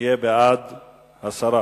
יהיה בעד הסרה.